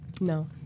No